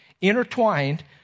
intertwined